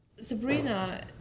Sabrina